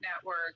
network